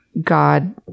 God